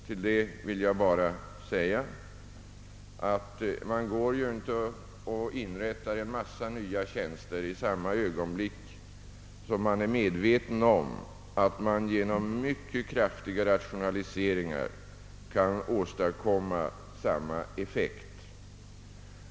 Till det vill jag bara säga att man inte inrättar en massa nya tjänster i samma ögonblick som man är medveten om att man genom mycket kraftiga rationaliseringar kan åstadkomma samma effekt.